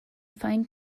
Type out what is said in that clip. find